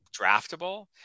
draftable